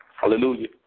Hallelujah